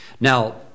Now